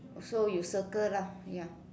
so you circle lah ya